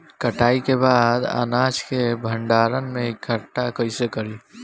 कटाई के बाद अनाज के भंडारण में इकठ्ठा कइसे करी?